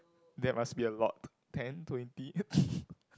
that must be a lot ten twenty